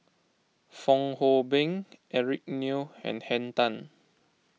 Fong Hoe Beng Eric Neo and Henn Tan